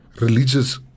religious